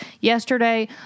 Yesterday